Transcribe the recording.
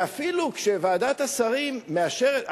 ואפילו כשוועדת השרים מאשרת,